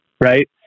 right